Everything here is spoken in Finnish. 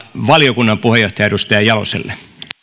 valiokunnan puheenjohtajalle edustaja jaloselle